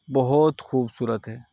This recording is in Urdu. بہت خوبصورت ہے